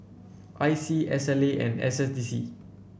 I C S and S S D C